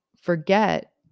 forget